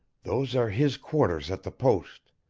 those are his quarters at the post,